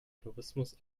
tourismus